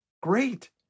great